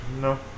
No